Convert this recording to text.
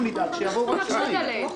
אנחנו נדאג שיבואו רק שניים.